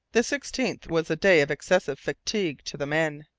the sixteenth was a day of excessive fatigue to the men.